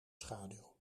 schaduw